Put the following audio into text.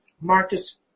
Marcus